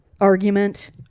argument